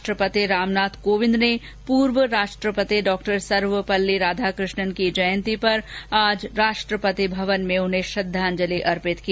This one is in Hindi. राष्ट्रपति रामनाथ कोविंद ने पूर्व राष्ट्रपति डॉक्टर सर्वपल्ली राधाकृष्णन की जयन्ती पर आज राष्ट्रपति भवन में उन्हें श्रद्धांजलि अर्पित की